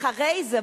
ואחרי זה,